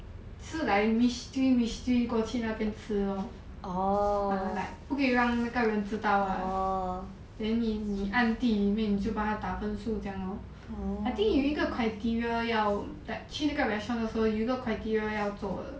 是 like mystery mystery 过去那边吃 lor like 不可以让那个人知道 lah then 你你暗地里面就帮他打分数这样 lor I think 有一个 criteria 要 like 去那个 restaurant 的时候有一个 criteria 要做的